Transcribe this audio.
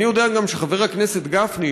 אני יודע שחבר הכנסת גפני,